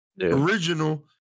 original